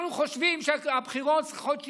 אנחנו חושבים שהבחירות צריכות שיהיו,